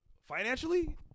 Financially